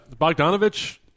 Bogdanovich